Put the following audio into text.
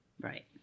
Right